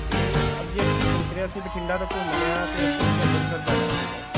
ਅਤੇ ਅੱਗੇ ਅਸੀਂ ਸੋਚ ਰਿਹਾ ਸੀ ਬਠਿੰਡਾ ਤਾਂ ਘੁੰਮ ਲਿਆ ਅਤੇ ਅਸੀਂ ਅੱਗੇ ਅੰਮ੍ਰਿਤਸਰ ਜਾਣਾ ਸੀਗਾ